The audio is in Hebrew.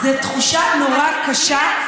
זאת תחושה נורא קשה,